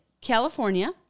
California